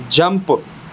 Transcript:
jump